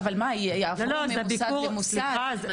מה, יעברו ממוסד למוסד?